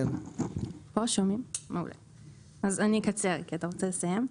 אני אקצר כי אתה רוצה לסיים.